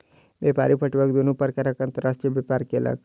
व्यापारी पटुआक दुनू प्रकारक अंतर्राष्ट्रीय व्यापार केलक